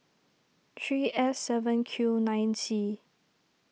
three S seven Q nine C